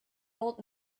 old